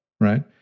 right